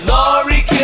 Laurie